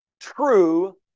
true